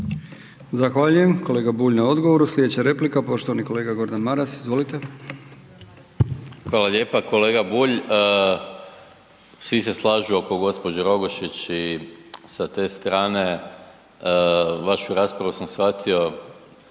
Zahvaljujem kolega Bulj na odgovoru, sljedeća replika poštovani kolega Gordan Maras. Izvolite. **Maras, Gordan (SDP)** Hvala lijepo. Kolega Bulj. Svi se slažu oko g. Rogošić i sa te strane vašu raspravu sam shvatio